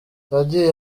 yagiye